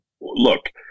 look